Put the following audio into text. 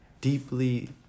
deeply